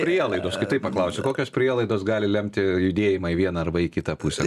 prielaidos kitaip paklausiu kokios prielaidos gali lemti judėjimą į vieną arba į kitą pusę